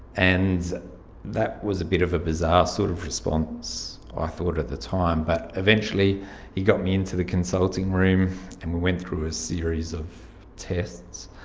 and that was a bit of a bizarre sort of response i ah thought at the time, but eventually he got me into the consulting room and we went through a series of tests,